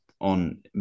on